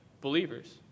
believers